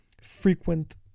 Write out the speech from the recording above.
frequent